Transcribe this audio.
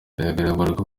bigaragara